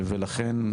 ולכן,